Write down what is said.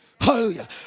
Hallelujah